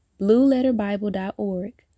blueletterbible.org